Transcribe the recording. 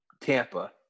Tampa